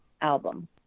album